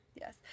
Yes